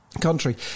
country